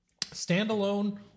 standalone